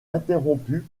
interrompue